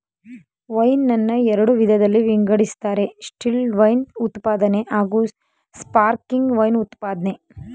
wine ನನ್ನ ಎರಡು ವಿಧದಲ್ಲಿ ವಿಂಗಡಿಸ್ತಾರೆ ಸ್ಟಿಲ್ವೈನ್ ಉತ್ಪಾದನೆ ಹಾಗೂಸ್ಪಾರ್ಕ್ಲಿಂಗ್ ವೈನ್ ಉತ್ಪಾದ್ನೆ